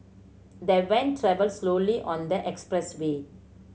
the van travelled slowly on the expressway